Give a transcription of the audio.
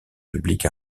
publics